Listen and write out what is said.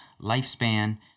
lifespan